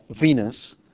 Venus